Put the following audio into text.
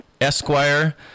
Esquire